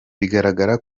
biragaragara